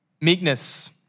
Meekness